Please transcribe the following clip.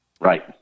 right